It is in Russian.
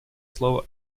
слово